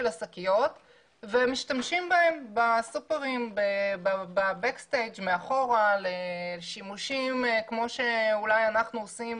השקיות ומשתמשים בהם בסופרים מאחורה לשימושים כמו שאנחנו אולי עושים